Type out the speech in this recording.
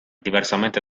diversamente